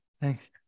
Thanks